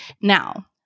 Now